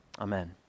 Amen